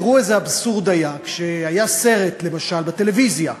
תראו איזה אבסורד היה: כשהיה סרט, למשל בטלוויזיה,